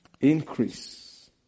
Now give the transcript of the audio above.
increase